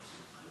ההצעה להעביר את